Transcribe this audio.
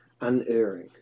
unerring